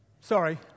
Sorry